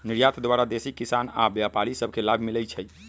निर्यात द्वारा देसी किसान आऽ व्यापारि सभ के लाभ मिलइ छै